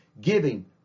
giving